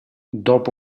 dopo